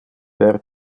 per